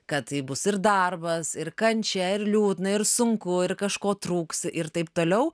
kad tai bus ir darbas ir kančia ir liūdna ir sunku ir kažko trūks ir taip toliau